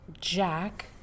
Jack